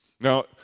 Now